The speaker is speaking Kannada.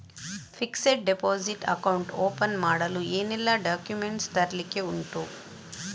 ಫಿಕ್ಸೆಡ್ ಡೆಪೋಸಿಟ್ ಅಕೌಂಟ್ ಓಪನ್ ಮಾಡಲು ಏನೆಲ್ಲಾ ಡಾಕ್ಯುಮೆಂಟ್ಸ್ ತರ್ಲಿಕ್ಕೆ ಉಂಟು?